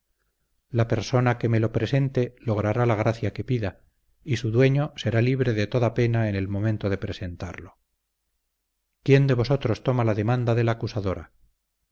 la persona que me lo presente logrará la gracia que pida y su dueño será libre de toda pena en el momento de presentarlo quién de vosotros toma la demanda de la acusadora